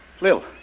Lil